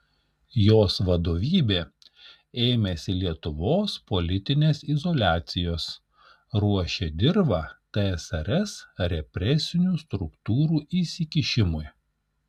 jos vadovybė ėmėsi lietuvos politinės izoliacijos ruošė dirvą tsrs represinių struktūrų įsikišimui